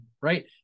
right